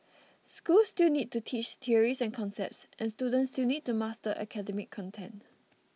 schools still need to teach theories and concepts and students still need to master academic content